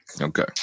Okay